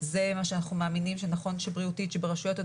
זה מה שאנחנו מאמינים שנכון בריאותית שברשויות אדומות,